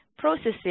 Processing